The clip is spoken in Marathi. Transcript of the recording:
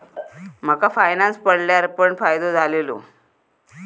माका फायनांस पडल्यार पण फायदो झालेलो